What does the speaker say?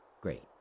great